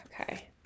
Okay